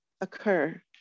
occur